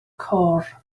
côr